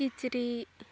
ᱠᱤᱪᱨᱤᱡ